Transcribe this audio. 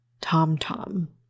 Tom-Tom